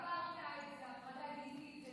אפרטהייד זה הפרדה גזעית.